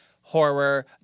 horror